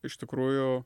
iš tikrųjų